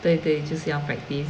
对对就是要 practice